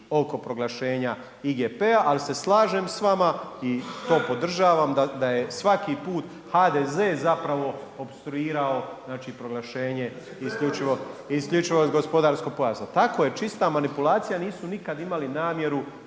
oko proglašenja IGP-a. Ali se slažem s vama i to podržavam da je svaki put HDZ-e zapravo opstruirao znači proglašenje isključivog gospodarskog pojasa. Tako je. Čista manipulacija. Nisu nikada imali namjeru